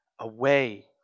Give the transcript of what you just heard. Away